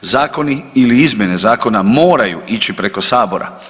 Zakoni ili izmjene zakona moraju ići preko Sabora.